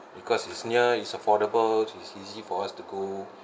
because it's near it's affordable is easy for us to go